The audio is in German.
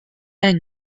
eng